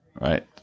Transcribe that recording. right